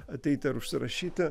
ateiti ar užsirašyti